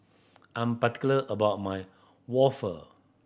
I'm particular about my waffle